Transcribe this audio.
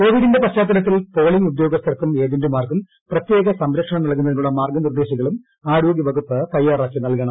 Covid ന്റെ പശ്ചാത്തലത്തിൽ polling ഉദ്ദ്യോഗ്സ്ഥർക്കും ഏജൻറുമാർക്കും പ്രത്യേക സംരക്ഷണം നൽക്രുന്ന്തിനുള്ള മാർഗനിർദേശങ്ങളും ആരോഗ്യവകുപ്പ് തയ്യാറാക്ക്ക് ന്ന്ൽകണം